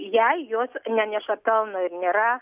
jei jos neneša pelno ir nėra